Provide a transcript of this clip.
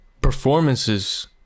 Performances